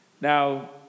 Now